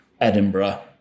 Edinburgh